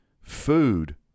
Food